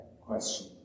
question